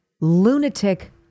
lunatic